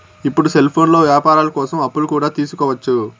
ఇప్పుడు సెల్ఫోన్లో వ్యాపారాల కోసం అప్పులు కూడా తీసుకోవచ్చు